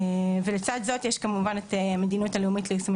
לצד זאת יש כמובן את המדיניות הלאומית ליישומים